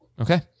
Okay